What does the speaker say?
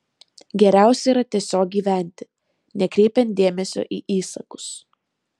geriausia yra tiesiog gyventi nekreipiant dėmesio į įsakus